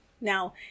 Now